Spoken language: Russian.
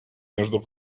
между